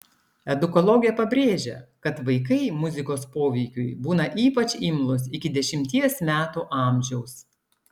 edukologė pabrėžia kad vaikai muzikos poveikiui būna ypač imlūs iki dešimties metų amžiaus